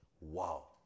Wow